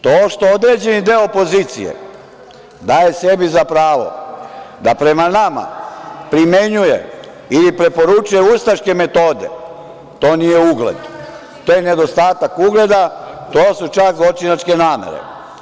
To što određeni deo opozicije daje sebi za pravo da prema nama primenjuje ili preporučuje ustaške metode, to nije ugled, to je nedostatak ugleda, to su čak zločinačke namere.